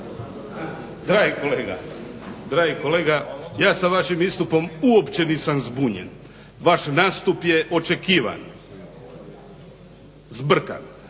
Dragi kolega, ja sa vašim istupom uopće nisam zbunjen. Vaš nastup je očekivan, zbrkan,